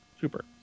Super